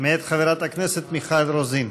מאת חברת הכנסת מיכל רוזין.